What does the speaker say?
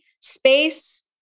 space